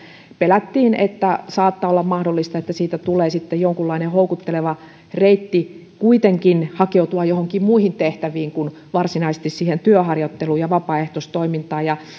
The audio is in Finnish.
pelättiin että saattaa olla mahdollista että siitä tulee sitten jonkunlainen houkutteleva reitti kuitenkin hakeutua joihinkin muihin tehtäviin kuin varsinaisesti siihen työharjoitteluun ja vapaaehtoistoimintaan